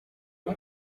ona